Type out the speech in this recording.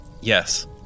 Yes